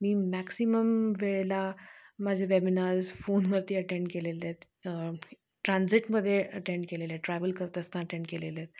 मी maximum वेळेला माझे webinars फोनवरती अटेंड केलेले आहेत ट्रान्झेक्टमध्ये अटेंड केलेले आहेत ट्रॅव्हल करता असता अटेंड केलेले आहेत